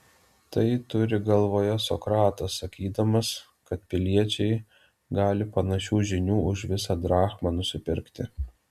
tai turi galvoje sokratas sakydamas kad piliečiai gali panašių žinių už visą drachmą nusipirkti